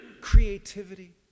creativity